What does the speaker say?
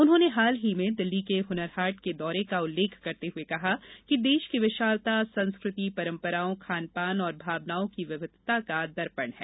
उन्होंने हाल ही में दिल्ली के हुनर हाट के दौरे का उल्लेख करते हुए कहा कि देश की विशालता संस्कृति परंपराओं खान पान और भावनाओं की विविधता का दर्पण है